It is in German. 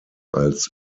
als